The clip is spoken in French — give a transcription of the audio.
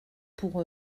pour